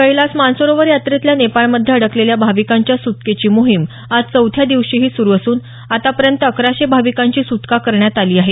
कैलास मानस सरोवर यात्रेतल्या नेपाळमध्ये अडकलेल्या भाविकांच्या सुटकेची मोहीम आज चौथ्या दिवशीही सुरू असून आतापर्यंत अकराशे भाविकांची सुटका करण्यात आली आहे